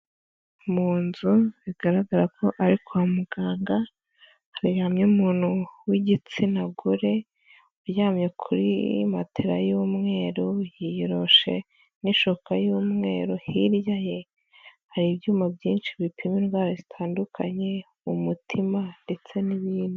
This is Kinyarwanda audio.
Mu nzu bigaragara ko ari kwa muganga haryamye umuntu w'igitsina gore, uryamye kuri matera y'umweru yiyoroshe n'ishuka y'umweru, hirya hari ibyuma byinshi bipima indwara zitandukanye, umutima ndetse n'ibindi.